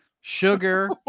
sugar